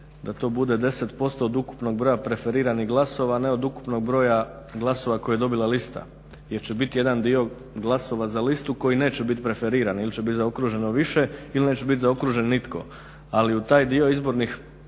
da to bude 10% od ukupnog broja preferiranih glasova, ne od ukupnog broja glasova koji je dobila lista jer će biti jedan dio glasova za listu koji neće biti preferiran ili će biti zaokruženo više ili neće biti zaokružen nitko. Ali u taj dio izbornih